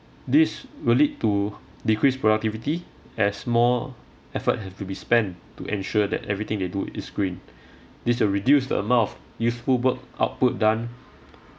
this will lead to decreased productivity as more effort have to be spent to ensure that everything they do is green this will reduce the amount of useful work output done